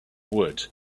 wood